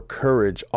courage